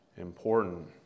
important